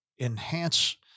enhance